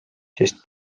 siis